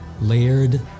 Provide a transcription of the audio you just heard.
layered